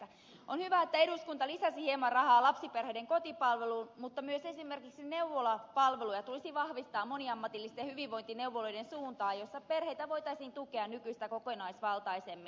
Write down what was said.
on hyvä että eduskunta lisäsi hieman rahaa lapsiperheiden kotipalveluun mutta myös esimerkiksi neuvolapalveluja tulisi vahvistaa moniammatillisten hyvinvointineuvoloiden suuntaan joissa perheitä voitaisiin tukea nykyistä kokonaisvaltaisemmin